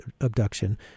abduction